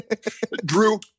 Drew